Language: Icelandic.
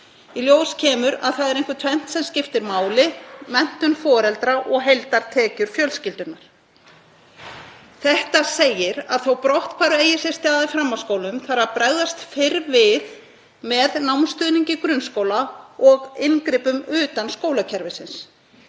Í ljós kemur að það er einkum tvennt sem skiptir mál: Menntun foreldra og heildartekjur fjölskyldurnar. Þetta segir að þótt brotthvarf eigi sér stað í framhaldsskólum þarf að bregðast fyrr við með námsstuðningi í grunnskóla og inngripum utan skólakerfisins.